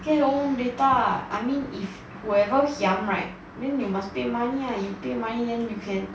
get her own data ah I mean if whoever hian right then you must pay money right then you pay money then you can